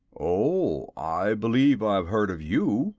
oh i believe i've heard of you,